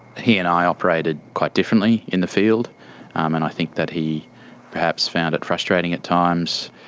he and i operated quite differently in the field and i think that he perhaps found it frustrating at times,